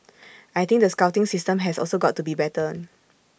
I think the scouting system has also got to be better